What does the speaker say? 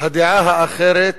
הדעה האחרת